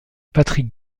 patrice